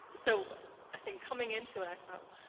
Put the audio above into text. so i think coming into it i thought, well,